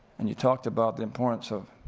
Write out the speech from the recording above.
and you talked about the importance of